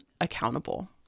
accountable